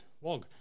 wog